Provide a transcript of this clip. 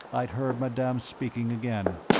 i heard madame speaking again.